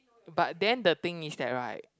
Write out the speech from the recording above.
but then the thing is that right